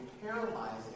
paralyzing